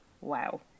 Wow